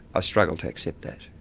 ah struggle to accept that.